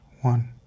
one